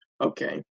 Okay